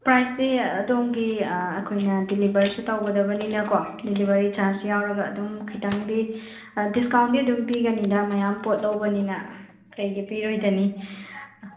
ꯄ꯭ꯔꯥꯏꯁꯁꯦ ꯑꯗꯣꯝꯒꯤ ꯑꯩꯈꯣꯏꯅ ꯗꯦꯂꯤꯚꯔꯤꯁꯨ ꯇꯧꯒꯗꯕꯅꯤꯅꯀꯣ ꯗꯦꯂꯤꯚꯔꯤ ꯆꯥꯔꯖ ꯌꯥꯎꯔꯒ ꯑꯗꯨꯝ ꯈꯤꯇꯪꯗꯤ ꯗꯤꯁꯀꯥꯎꯟꯗꯤ ꯑꯗꯨꯝ ꯄꯤꯒꯅꯤꯗ ꯃꯌꯥꯝ ꯄꯣꯠ ꯂꯧꯕꯅꯤꯅ ꯀꯩꯒꯤ ꯄꯤꯔꯣꯏꯗꯅꯤ